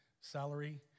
salary